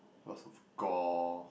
lots of gore